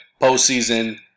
postseason